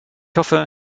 hoffe